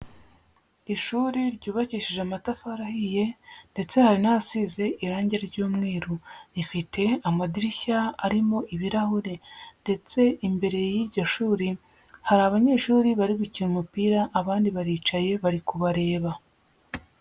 Ishuri ryubakishije amatafari ahiye ndetse hari n'asize irangi ry'umweru. Rifite amadirishya arimo ibirahure ndetse imbere y'iryo shuri hari abanyeshuri bari gukina umupira abandi baricaye bari kubareba.